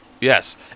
Yes